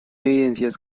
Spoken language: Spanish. evidencias